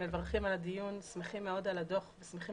אנחנו מברכים על הדיון ושמחים מאוד על הדוח ושמחים